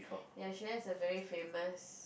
ya she has a very famous